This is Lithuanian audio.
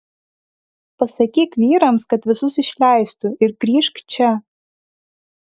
pasakyk vyrams kad visus išleistų ir grįžk čia